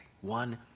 One